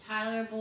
Tyler